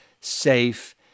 safe